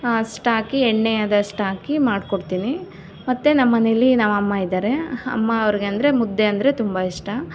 ಅಷ್ಟು ಹಾಕಿ ಎಣ್ಣೆ ಅದಷ್ಟು ಹಾಕಿ ಮಾಡ್ಕೊಡ್ತೀನಿ ಮತ್ತೆ ನಮ್ಮನೇಲಿ ನಮ್ಮಮ್ಮ ಇದ್ದರೆ ಅಮ್ಮ ಅವ್ರ್ಗೆ ಅಂದರೆ ಮುದ್ದೆ ಅಂದರೆ ತುಂಬ ಇಷ್ಟ